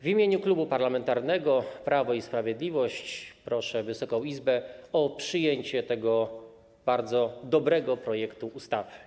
W imieniu Klubu Parlamentarnego Prawo i Sprawiedliwość proszę Wysoką Izbę o przyjęcie tego bardzo dobrego projektu ustawy.